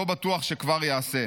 לא בטוח שכבר ייעשה.